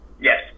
Yes